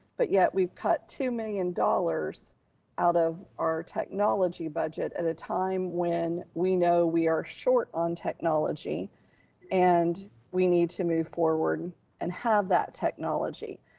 but yet we've cut two million dollars out of our technology budget at a time when we know we are short on technology and we need to move forward and have that technology.